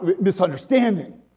misunderstanding